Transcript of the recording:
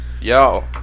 Yo